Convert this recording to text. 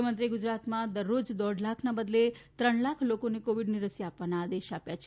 મુખ્યમંત્રીએ ગુજરાતમાં દરરોજ દોઢ લાખના બદલે ત્રણ લાખ લોકોને કોવિડની રસી આપવાના આદેશ આપ્યા છે